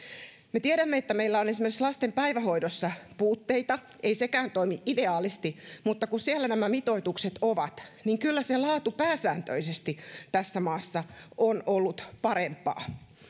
me tiedämme että meillä on esimerkiksi lasten päivähoidossa puutteita ei sekään toimi ideaalisti mutta kun siellä nämä mitoitukset on niin kyllä se laatu pääsääntöisesti tässä maassa on ollut parempaa